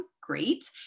great